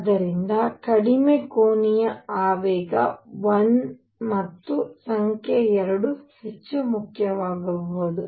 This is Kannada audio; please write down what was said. ಆದ್ದರಿಂದ ಕಡಿಮೆ ಕೋನೀಯ ಆವೇಗ 1 ಮತ್ತು ಸಂಖ್ಯೆ 2 ಹೆಚ್ಚು ಮುಖ್ಯವಾಗಬಹುದು